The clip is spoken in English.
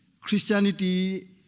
Christianity